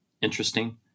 interesting